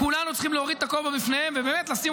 כולנו צריכים להוריד את הכובע בפניהם ובאמת לשים